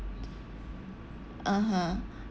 (uh huh)